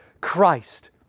Christ